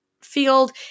field